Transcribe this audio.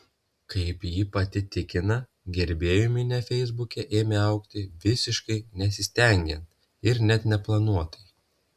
kaip ji pati tikina gerbėjų minia feisbuke ėmė augti visiškai nesistengiant ir net neplanuotai